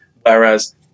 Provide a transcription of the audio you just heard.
Whereas